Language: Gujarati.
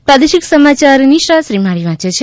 પ્રાદેશિક સમાયાર નિશા શ્રીમાળી વાંચ છે